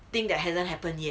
thing that hasn't happened yet